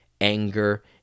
anger